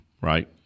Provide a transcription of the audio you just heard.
right